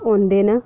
होंदे न